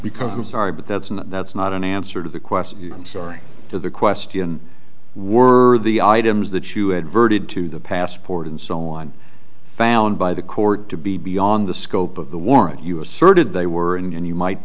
because i'm sorry but that's not that's not an answer to the question i'm sorry to the question worthy items that you adverted to the passport and so on found by the court to be beyond the scope of the warrant you asserted they were and you might